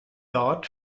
dort